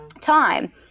time